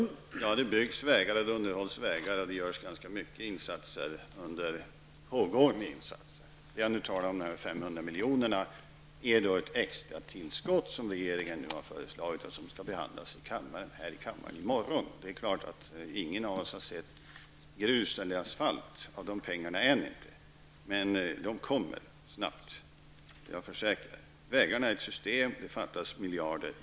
Herr talman! Vägar byggs, vägar underhålls, och det pågår ganska många insatser. De 500 milj.kr. vi talar om är ett extratillskott som regeringen nu har föreslagit och som skall behandlas här i kammaren i morgon. Det är klart att ingen av oss har sett något grus eller någon asfalt för dessa pengar än. Men detta kommer att ske snabbt, det försäkrar jag. Jag instämmer i att vägarna är ett system och att det fattas miljarder.